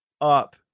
up